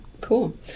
Cool